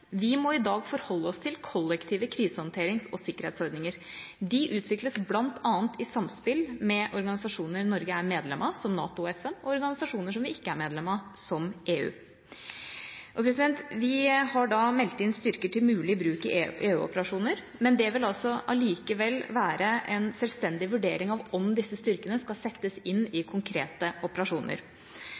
Vi må i dag forholde oss til kollektive krisehåndterings- og sikkerhetsordninger. De utvikles bl.a. i samspill med organisasjoner Norge er medlem av, som NATO og FN, og organisasjoner som vi ikke er medlem av, som EU. Vi har da meldt inn styrker til mulig bruk i EU-operasjoner, men det vil likevel være en selvstendig vurdering av om disse styrkene skal settes inn i konkrete operasjoner.